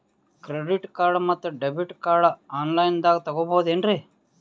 Credit card ಮತ್ತು debit card on ಲೈನಾಗ್ ತಗೋಬಹುದೇನ್ರಿ?